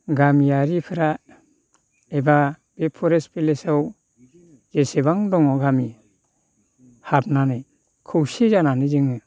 गामियारिफोरा एबा बे फरेस्ट भिलेजआव जेसेबां दङ गामि हाबनानै खौसे जानानै जोङो